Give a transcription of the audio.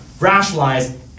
rationalize